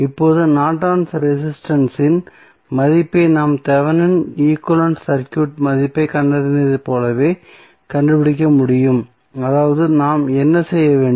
இப்போது Norton's resistance இன் Nortons resistance மதிப்பை நாம் தெவெனின் ஈக்வலன்ட் சர்க்யூட் மதிப்பைக் கண்டறிந்ததைப் போலவே கண்டுபிடிக்க முடியும் அதாவது நாம் என்ன செய்ய வேண்டும்